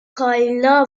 کایلا